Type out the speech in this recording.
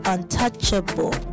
Untouchable